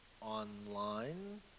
online